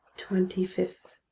twenty five.